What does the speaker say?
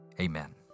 Amen